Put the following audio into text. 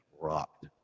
rocked